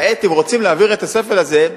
כעת הם רוצים להעביר את הספל הזה,